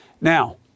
Now